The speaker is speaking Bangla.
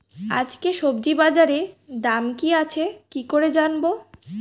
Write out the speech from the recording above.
আজকে সবজি বাজারে দাম কি আছে কি করে জানবো?